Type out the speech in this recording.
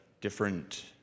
different